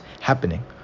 happening